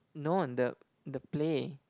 no the the play